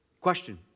Question